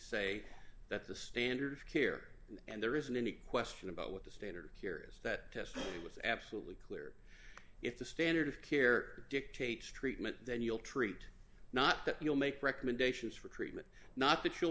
say that the standard of care and there isn't any question about what the standard curious that testing was absolutely clear if the standard of care dictates treatment then you'll treat not that you'll make recommendations for t